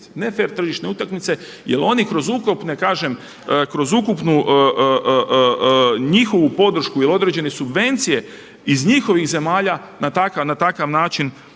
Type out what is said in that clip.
ne fer tržišne utakmice. Jer oni kroz ukupne, kažem kroz ukupnu njihovu podršku ili određene subvencije iz njihovih zemalja na takav način se